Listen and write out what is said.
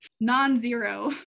non-zero